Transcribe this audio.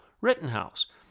Rittenhouse